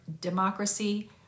democracy